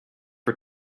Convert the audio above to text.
for